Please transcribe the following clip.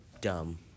dumb